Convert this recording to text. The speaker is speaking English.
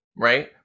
Right